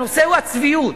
הנושא הוא הצביעות: